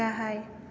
गाहाय